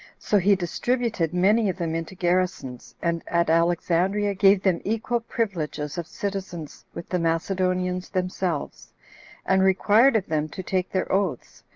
so he distributed many of them into garrisons, and at alexandria gave them equal privileges of citizens with the macedonians themselves and required of them to take their oaths,